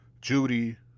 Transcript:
Judy